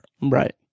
Right